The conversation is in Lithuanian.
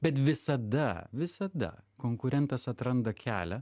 bet visada visada konkurentas atranda kelią